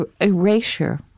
erasure